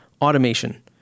automation